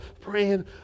praying